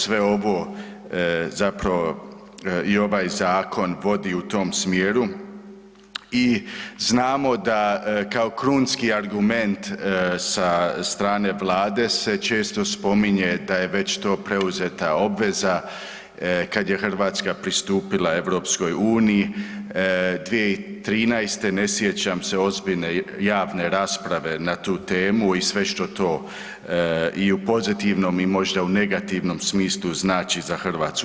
Sve ovo zapravo i ovaj zakon vodi u tom smjeru i znamo da kao krunski argument sa strane Vlade se često spominje da je već to preuzeta obveza kad je Hrvatska pristupila EU 2013. ne sjećam se ozbiljne javne rasprave na tu temu i sve što to i u pozitivnom i možda u negativnom smislu znači za Hrvatsku.